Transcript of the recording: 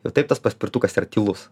ir taip tas paspirtukas yra tylus